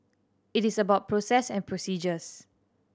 it is about process and procedures